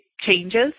changes